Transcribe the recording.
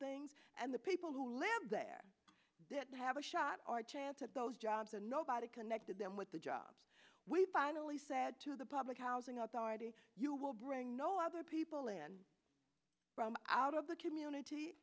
things and the people who live there that have a shot our chance at those jobs and nobody connected them with the jobs we finally said to the public housing authority you will bring no other people in from out of the community